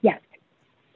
yes